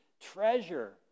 treasure